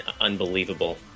unbelievable